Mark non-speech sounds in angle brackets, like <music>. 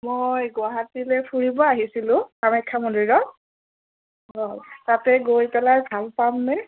মই গুৱাহাটীলৈ ফুৰিব আহিছিলোঁ কামাখ্যা মন্দিৰত অঁ তাতে গৈ পেলাই <unintelligible> পাম নে